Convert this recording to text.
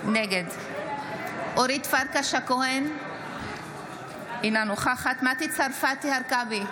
נגד אורית פרקש הכהן, אינה נוכחת מטי צרפתי הרכבי,